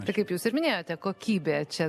tai kaip jūs ir minėjote kokybė čia